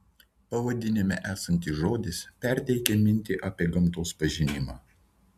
pavadinime esantis žodis perteikia mintį apie gamtos pažinimą